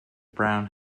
brown